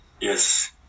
yes